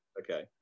Okay